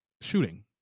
shooting